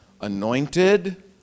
anointed